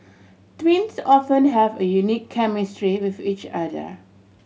twins often have a unique chemistry with each other